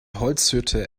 holzhütte